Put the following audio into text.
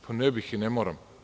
Pa ne bih i ne moram.